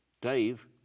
Dave